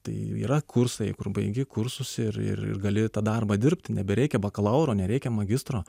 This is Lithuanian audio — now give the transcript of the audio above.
tai yra kursai kur baigi kursus ir ir gali tą darbą dirbti nebereikia bakalauro nereikia magistro